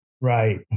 Right